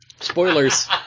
Spoilers